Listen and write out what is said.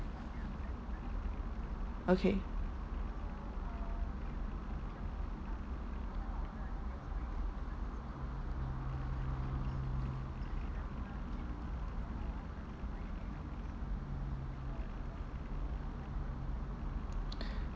okay